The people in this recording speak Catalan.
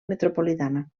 metropolitana